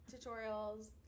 tutorials